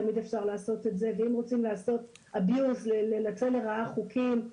תמיד אפשר לעשות את זה ואם רוצים לנצל לרעה חוקים,